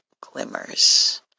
glimmers